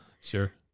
Sure